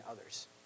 others